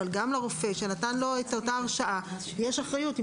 אבל גם לרופא שנתן לו את ההרשאה יש אחריות.